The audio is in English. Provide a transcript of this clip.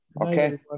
Okay